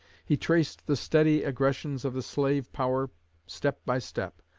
he traced the steady aggressions of the slave power step by step,